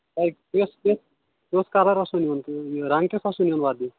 تۅہہِ کیُتھ کیُتھ کَلر اوسوٕ نیُن رَنٛگ کیُتھ اوسوٕ نیُن وَردی